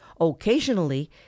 Occasionally